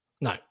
No